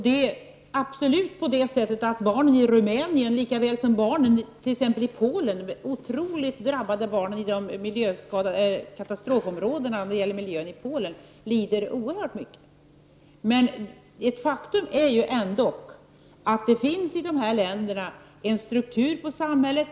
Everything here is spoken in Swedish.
Herr talman! Det är absolut så att barnen i Rumänien, lika väl som de otroligt drabbade barnen i miljökatastrofområdena i Polen, lider oerhört mycket. Men ett faktum är ändå att det i de länderna finns en struktur på samhället.